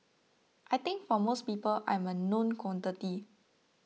I think for most people I'm a known quantity